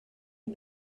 est